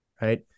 right